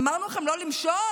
אמרנו לכם לא למשול?